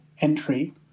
entry